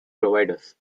providers